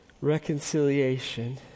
reconciliation